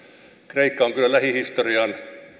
kreikka on kyllä lähihistorian